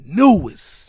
newest